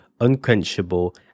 unquenchable